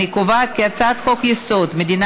אני קובעת כי הצעת חוק-יסוד: מדינה